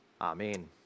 Amen